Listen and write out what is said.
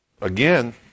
Again